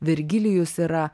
vergilijus yra